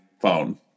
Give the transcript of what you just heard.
phone